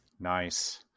Nice